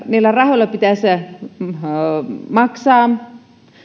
niillä rahoilla pitäisi maksaa